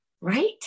Right